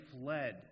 fled